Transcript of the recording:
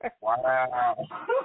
Wow